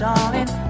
Darling